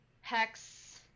Hex